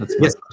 yes